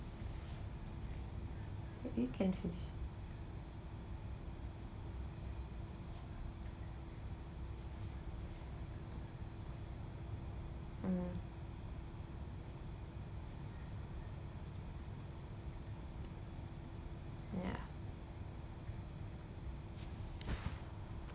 it can mm ya